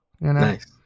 Nice